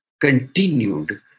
continued